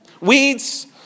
Weeds